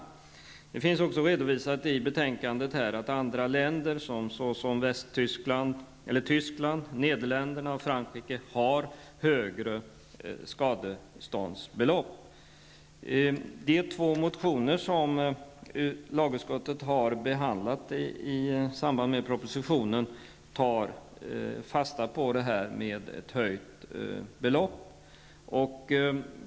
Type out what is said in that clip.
I betänkandet finns också redovisat att andra länder, t.ex. Tyskland, Nederländerna och Frankrike, har högre skadeståndsbelopp. De två motioner som lagutskottet har behandlat i samband med propositionen tar fasta på detta med ett höjt belopp.